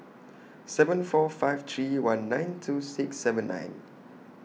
seven four five three one nine two six seven nine